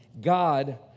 God